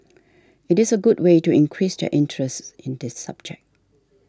it is a good way to increase their interest in this subject